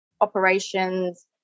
operations